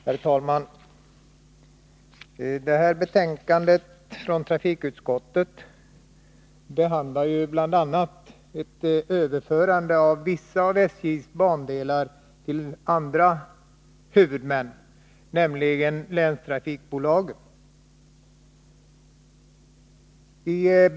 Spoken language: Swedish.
Herr talman! Trafikutskottets betänkande 1982/83:15 behandlar bl.a. ett överförande av vissa av SJ:s bandelar till annan huvudman, nämligen länstrafikbolagen.